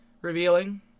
revealing